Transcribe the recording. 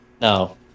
No